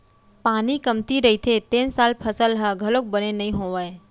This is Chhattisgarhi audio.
पानी कमती रहिथे तेन साल फसल ह घलोक बने नइ होवय